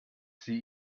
sie